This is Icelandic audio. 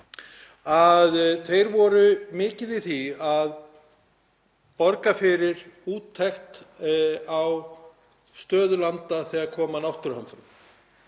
Þeir voru mikið í því að borga fyrir úttektir á stöðu landa þegar kom að náttúruhamförum.